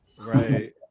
right